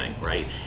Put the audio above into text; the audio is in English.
right